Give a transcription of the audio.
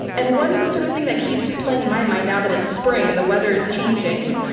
and one sort of thing that keeps playing in my mind, now that it's spring and the weather is changing,